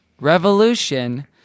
Revolution